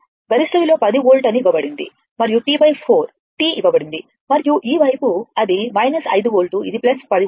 గరిష్ట విలువ 10 వోల్ట్ అని ఇవ్వబడినది మరియు T 4 T ఇవ్వబడింది మరియు ఈ వైపు అది 5 వోల్ట్ ఇది 10 వోల్ట్